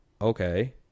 okay